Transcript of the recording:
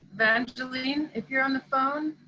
evangeline, if you're on the phone,